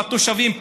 עם התושבים,